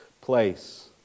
place